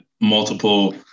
multiple